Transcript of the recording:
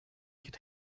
could